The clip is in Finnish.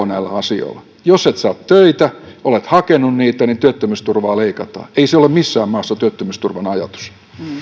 näillä asioilla jotain eroa jos et saa töitä vaikka olet hakenut niitä niin työttömyysturvaa leikataan ei se ole missään maassa työttömyysturvan ajatus